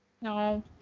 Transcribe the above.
No